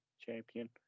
champion